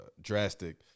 drastic